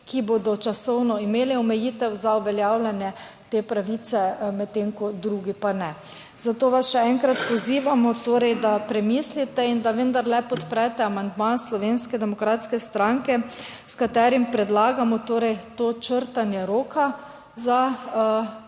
ki bodo časovno imeli omejitev za uveljavljanje te pravice, medtem ko drugi pa ne. Zato vas še enkrat pozivamo torej, da premislite in da vendarle podprete amandma Slovenske demokratske stranke s katerim predlagamo torej to črtanje roka za